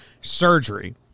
surgery